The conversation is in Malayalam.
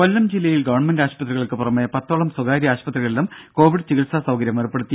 ദര കൊല്ലം ജില്ലയിൽ ഗവൺമെന്റ് ആശുപത്രികൾക്ക് പുറമെ പത്തോളം സ്വകാര്യ ആശുപത്രികളിലും കോവിഡ് ചികിത്സാ സൌകര്യം ഏർപ്പെടുത്തി